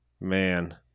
man